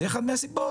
זה אחת הסיבות.